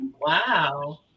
Wow